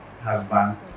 husband